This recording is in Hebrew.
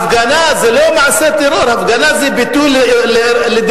הפגנה זה לא מעשה טרור, הפגנה זה ביטוי לדמוקרטיה.